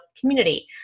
community